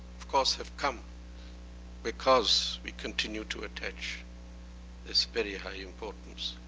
of course, have come because we continue to attach this very high importance,